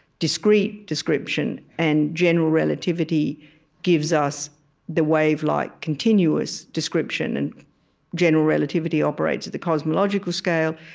discrete description. and general relativity gives us the wavelike, continuous description. and general relativity operates at the cosmological scale.